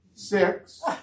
Six